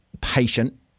patient